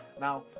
Now